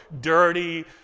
dirty